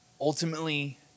ultimately